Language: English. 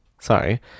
sorry